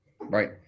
Right